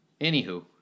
Anywho